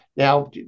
Now